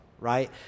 right